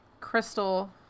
Crystal